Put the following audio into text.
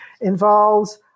involves